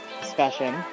discussion